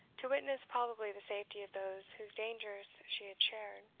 to witness probably the safety of those whose dangers she shared.